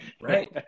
Right